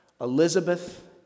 Elizabeth